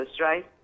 right